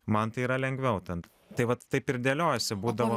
man tai yra lengviau ten tai vat taip ir dėliojasi būdavo